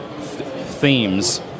themes